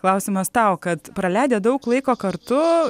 klausimas tau kad praleidę daug laiko kartu